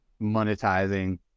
monetizing